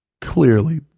clearly